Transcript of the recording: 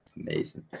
amazing